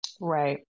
Right